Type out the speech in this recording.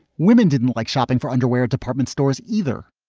women didn't like shopping for underwear department stores either